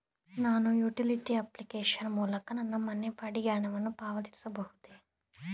ನಾನು utility application ಮೂಲಕ ನನ್ನ ಮನೆ ಬಾಡಿಗೆ ಹಣವನ್ನು ಪಾವತಿಸಬಹುದೇ?